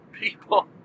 People